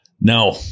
Now